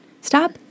Stop